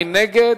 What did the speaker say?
מי נגד?